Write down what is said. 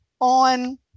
on